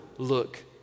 Look